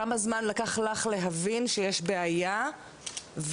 כמה זמן לקח לך להבין שיש בעיה ושאת